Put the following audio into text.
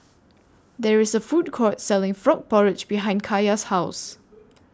There IS A Food Court Selling Frog Porridge behind Kaia's House